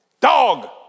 Dog